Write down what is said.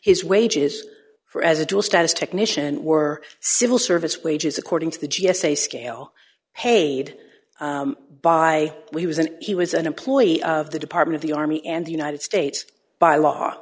his wages for as a tool status technician were civil service wages according to the g s a scale paid by he was an he was an employee of the department of the army and the united states by law